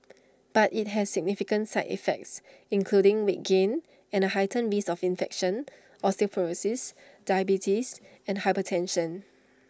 but IT has significant side effects including weight gain and A heightened risk of infection osteoporosis diabetes and hypertension